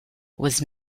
was